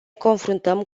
confruntăm